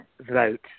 vote